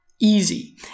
easy